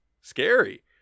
scary